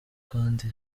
kandi